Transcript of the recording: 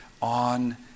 on